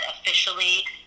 officially